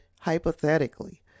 hypothetically